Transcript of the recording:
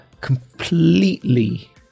completely